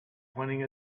pointing